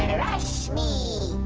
brush me!